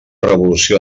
revolució